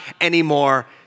anymore